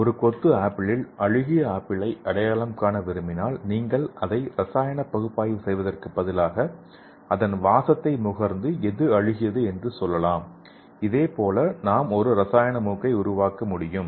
ஒரு கொத்து ஆப்பிளில் அழுகிய ஆப்பிளை அடையாளம் காண விரும்பினால் நீங்கள் அதை ரசாயன பகுப்பாய்வு செய்வதற்கு பதிலாக அதன் வாசத்தை முகர்ந்து எதுஅழுகியது என்று சொல்லலாம் இதேபோல் நாம் ஒரு ரசாயன மூக்கை உருவாக்க முடியும்